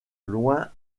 loin